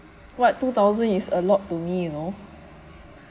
what two thousand is a lot to me you know